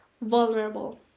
vulnerable